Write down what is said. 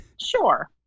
Sure